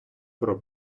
про